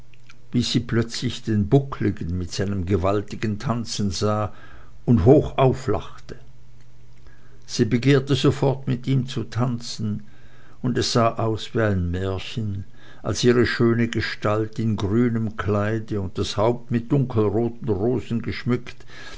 bis sie plötzlich den buckligen mit seinem gewaltigen tanzen sah und hoch auflachte sie begehrte sofort mit ihm zu tanzen und es sah aus wie ein märchen als ihre schöne gestalt in grünem kleide und das haupt mit dunkelroten rosen geschmückt